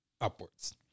upwards